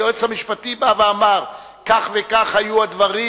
היועץ המשפטי בא ואמר: כך וכך היו הדברים,